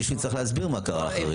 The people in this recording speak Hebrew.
מישהו יצטרך להסביר מה קרה החריג.